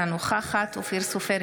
אינה נוכחת אופיר סופר,